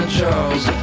Charles